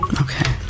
Okay